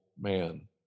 man